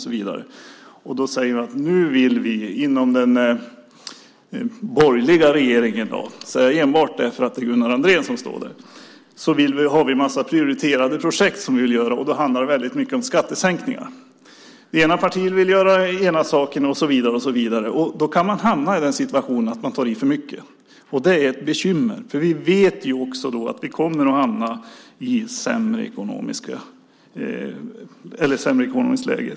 Man säger så här: Nu har vi inom den borgerliga regeringen - det säger jag enbart därför att det är Gunnar Andrén som står här - en massa prioriterade projekt som vi vill göra, och det handlar väldigt mycket om skattesänkningar. Det ena partiet vill göra en sak, och så vidare. Då kan man hamna i den situationen att man tar i för mycket, och det är ett bekymmer. Vi vet också att vi då kommer att hamna i ett sämre ekonomiskt läge.